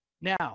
Now